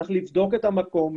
לבדוק את המקום,